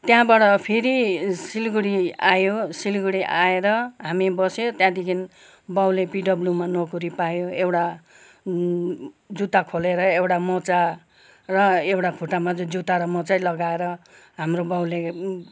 त्यहाँबाट फेरि सिलगढी आयो सिलगढी आएर हामी बस्यो त्यहाँदेखि बाउले पिडब्लूमा नोकरी पायो एउटा जुत्ता खोलेर एउटा मोजा र एउटा खुट्टामा चाहिँ जुत्ता र मोजै लगाएर हाम्रो बाउले